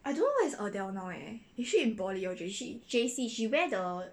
J_C she wear the